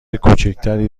کوچکتری